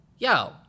Yo